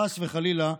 חס וחלילה,